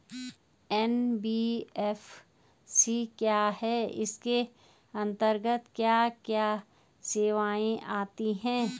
NBFC क्या है इसके अंतर्गत क्या क्या सेवाएँ आती हैं?